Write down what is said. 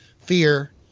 fear